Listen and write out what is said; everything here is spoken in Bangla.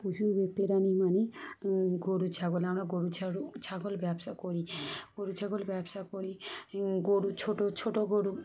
পশু প্রাণী মানে গরু ছাগল আমরা গরু ছাওল ছাগল ব্যবসা করি গরু ছাগল ব্যবসা করি গরু ছোট ছোট গরু